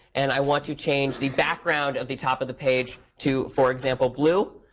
and i want to change the background of the top of the page to, for example, blue.